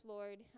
Lord